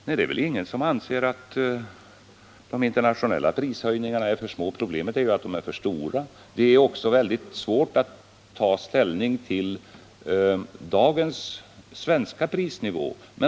Men det är väl ingen som anser att de internationella prishöjningarna är för små. Problemet är att de är för stora. Det är också mycket svårt att ta ställning till dagens svenska prisnivå.